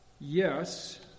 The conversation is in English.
Yes